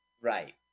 Right